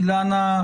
אילנה,